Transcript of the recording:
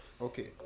Okay